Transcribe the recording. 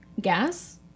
Gas